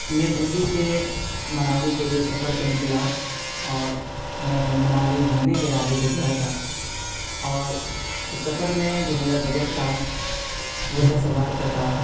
میں دہلی سے منالی کے لیے سفر پہ نکلا اور میں منالی گھومنے کے ارادے سے گیا تھا اور اس سفر میں جو میرا بجٹ تھا وہ دس ہزار کا تھا